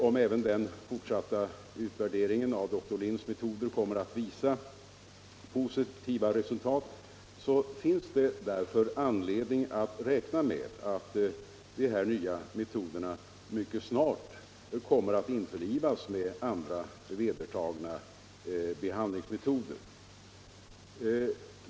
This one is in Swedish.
Om även den fortsatta utvärderingen av dr Linds metoder kommer att visa positiva resultat finns det därför anledning räkna med att de här nya metoderna mycket snart kommer att införlivas med andra vedertagna behandlingsmetoder.